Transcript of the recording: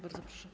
Bardzo proszę.